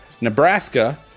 Nebraska